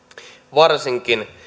varsinkin